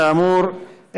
כאמור,